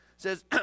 says